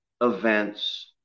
events